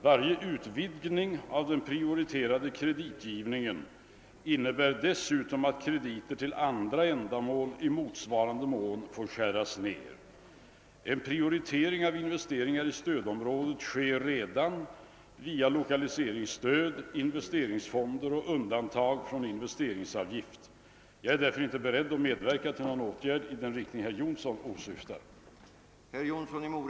Varje utvidgning av den prioriterade kreditgivningen innebär dessutom att krediter till andra ändamål i motsvarande mån får skäras ner. En prioritering av investeringar i stödområdet sker redan via lokaliseringsstöd, investeringsfonder och undantag från investeringsavgiften. Jag är därför inte beredd att medverka till någon åtgärd i den riktning herr Jonsson åsyftar.